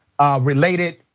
related